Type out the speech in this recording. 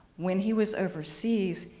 when he was overseas,